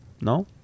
no